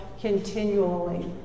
continually